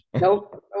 Nope